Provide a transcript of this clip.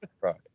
right